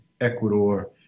Ecuador